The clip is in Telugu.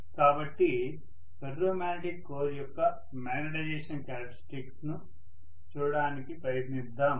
కాబట్టి ఫెర్రో మాగ్నెటిక్ కోర్ యొక్క మ్యాగ్నెటైజేషన్ క్యారెక్టర్స్టిక్స్ ను చూడటానికి ప్రయత్నిద్దాం